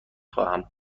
خواهم